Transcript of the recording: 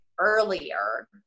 earlier